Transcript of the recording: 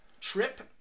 Trip